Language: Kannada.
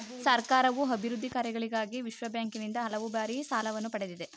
ಸರ್ಕಾರವು ಅಭಿವೃದ್ಧಿ ಕಾರ್ಯಗಳಿಗಾಗಿ ವಿಶ್ವಬ್ಯಾಂಕಿನಿಂದ ಹಲವು ಬಾರಿ ಸಾಲವನ್ನು ಪಡೆದಿದೆ